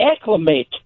acclimate